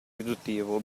riduttivo